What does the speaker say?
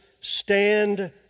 stand